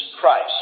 Christ